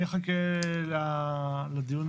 אני אחכה לדיון